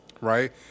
Right